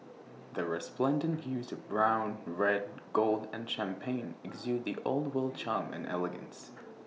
the resplendent hues of brown red gold and champagne exude the old world charm and elegance